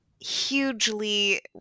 hugely